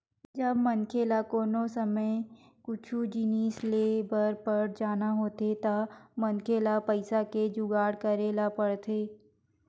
जब मनखे ल कोनो समे कुछु जिनिस लेय बर पर जाना होथे त मनखे ल पइसा के जुगाड़ करे ल परथे